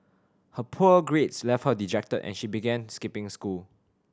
her poor grades left her dejected and she began skipping school